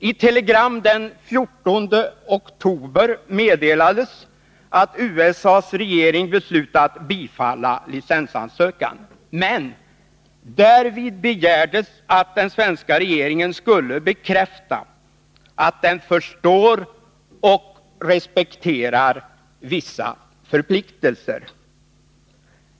I telegram den 14 oktober meddelades att USA:s regering beslutat bifalla licensansökan, men därvid begärdes att den svenska regeringen skulle bekräfta att den ”förstår och respekterar” vissa förpliktelser.